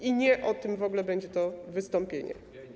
I nie o tym w ogóle będzie to wystąpienie.